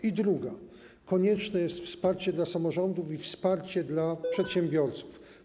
I drugi: konieczne jest wsparcie dla samorządów i wsparcie dla przedsiębiorców.